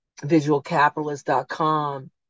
visualcapitalist.com